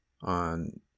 on